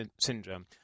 syndrome